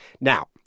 Now